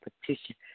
petition